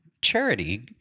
Charity